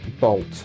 bolt